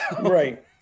Right